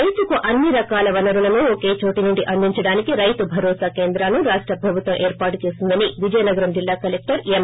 రైతుకు అన్ని రకాల వనరులను ఒకే చోట నుండి అందించడానికి రైతు భరోసా కేంద్రాలను రాష్ట ప్రభుత్వం ఏర్పాటు చేసిందని విజయనగరం జిల్లా కలెక్టర్ ఎం